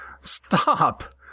stop